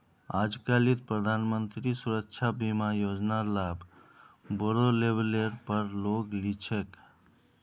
आजकालित प्रधानमंत्री सुरक्षा बीमा योजनार लाभ बोरो लेवलेर पर लोग ली छेक